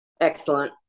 excellent